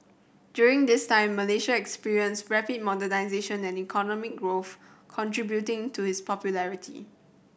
during this time Malaysia experienced rapid modernisation and economic growth contributing to his popularity